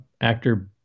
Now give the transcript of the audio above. actor